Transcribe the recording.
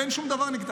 ואין לי שום דבר נגדם,